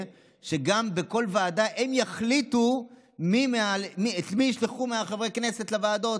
שגם בכל ועדה הם יחליטו את מי מחברי הכנסת לוועדות,